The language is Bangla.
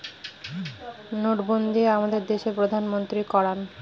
নোটবন্ধী আমাদের দেশের প্রধানমন্ত্রী করান